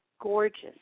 gorgeous